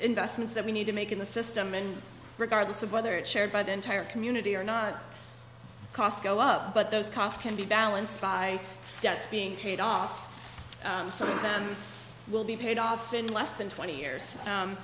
investments that we need to make in the system and regardless of whether it's shared by the entire community or not cost go up but those cost can be balanced by debts being paid off some of them will be paid off in less than twenty years